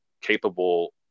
capable